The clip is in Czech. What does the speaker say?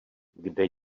kde